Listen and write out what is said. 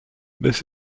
this